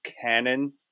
canon